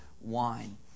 wine